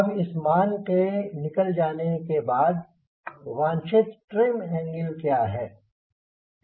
अब इस मान के निकल जाने बाद वांछित ट्रिम एंगल क्या है